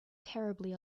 terribly